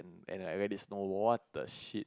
and like let it snowball what the shit